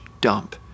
dump